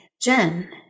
Jen